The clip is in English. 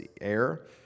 air